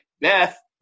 Beth